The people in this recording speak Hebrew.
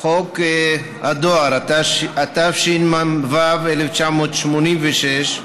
חוק הדואר, התשמ"ו 1986,